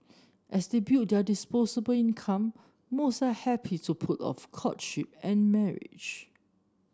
as they build their disposable income most are happy to put off courtship and marriage